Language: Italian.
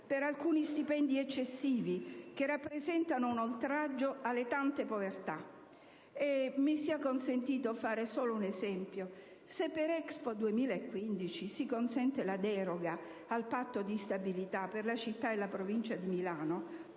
per alcuni stipendi eccessivi che rappresentano un oltraggio alle tante povertà. Mi sia consentito citare solo un esempio: se per Expo 2015 si consente la deroga al Patto di stabilità per la città e la provincia di Milano,